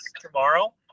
tomorrow